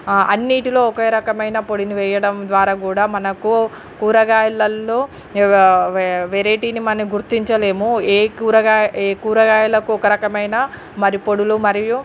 అన్నింటిలో ఒకే రకమైన పొడిని వేయడం ద్వారా గూడా మనకు కూరగాయలల్లో వె వెరైటీని మనం గుర్తించలేము ఏ కూరగాయ ఏ కూరగాయలకు ఒక రకమైన మరి పొడులు మరియు